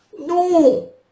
no